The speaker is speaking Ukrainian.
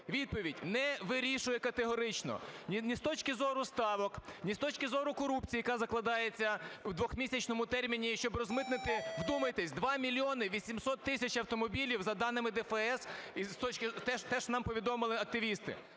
Відповідь: не вирішує категорично ні з точки зору ставок, ні з точки зору корупції, яка закладається в двомісячному терміні, щоб розмитнити, вдумайтесь, 2 мільйони 800 тисяч автомобілів, за даними ДФС, те, що нам повідомили активісти.